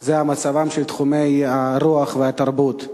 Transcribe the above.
היא מצבם של תחומי הרוח והתרבות.